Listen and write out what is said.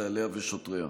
חייליה ושוטריה.